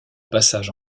passage